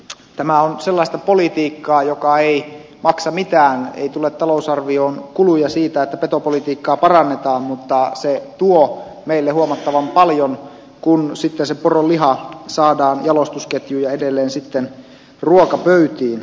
tämä on sellaista politiikkaa joka ei maksa mitään ei tule talousarvioon kuluja siitä että petopolitiikkaa parannetaan mutta se tuo meille huomattavan paljon kun sitten se poronliha saadaan jalostusketjuun ja edelleen sitten ruokapöytiin